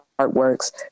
artworks